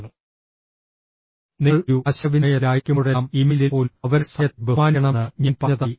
നിങ്ങൾ ഒരു ആശയവിനിമയത്തിലായിരിക്കുമ്പോഴെല്ലാം ഇമെയിലിൽ പോലും അവരുടെ സമയത്തെ ബഹുമാനിക്കണമെന്ന് ഞാൻ പറഞ്ഞതായി ഓർക്കുക